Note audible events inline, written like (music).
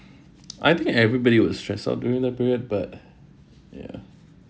(noise) I think everybody was stressed out during that period but ya